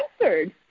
answered